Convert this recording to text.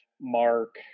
mark